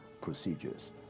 procedures